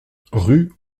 rue